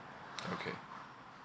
okay